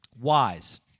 wise